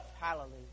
Hallelujah